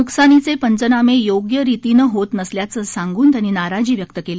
नुकसानीचे पंचनामे योग्य रितीनं होत नसल्याचं सांगून त्यांनी नाराजी व्यक्त केली